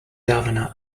governor